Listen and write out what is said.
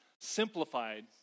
simplified